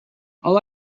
all